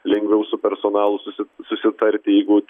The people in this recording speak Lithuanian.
lengviau su personalu susi susitarti jeigu